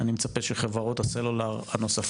אני מצפה שחברות סלולר הנוספות,